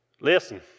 listen